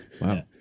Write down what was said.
Wow